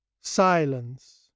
Silence